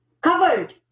covered